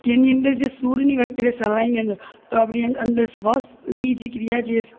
કે એની અંદર જે સુરની વાત કરીએ શરણાઈની અંદર તો આપણી અંદર શ્વાસની ક્રિયા જે